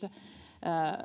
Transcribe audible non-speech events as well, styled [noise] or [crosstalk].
[unintelligible] ja